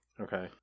Okay